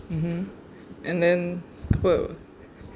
mmhmm and then apa